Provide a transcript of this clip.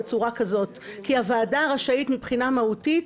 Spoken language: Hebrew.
יותר בצורה כזאת שתסנדל את הכנסת.